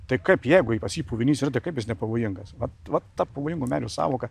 tai kaip jeigu pas jį puvinys yra tai kaip jis nepavojingas va va ta pavojingo medžio sąvoka